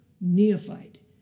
neophyte